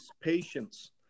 patience